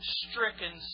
stricken